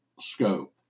scope